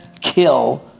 kill